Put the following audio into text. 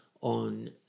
on